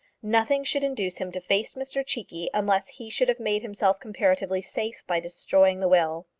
nothing should induce him to face mr cheekey, unless he should have made himself comparatively safe by destroying the will.